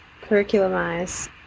curriculumize